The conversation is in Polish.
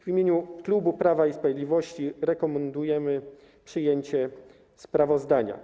W imieniu klubu Prawa i Sprawiedliwości rekomendujemy przyjęcie sprawozdania.